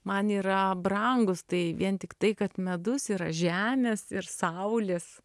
man yra brangūs tai vien tik tai kad medus yra žemės ir saulės